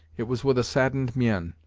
it was with a saddened mien.